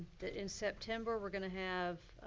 that, in september, we're gonna have.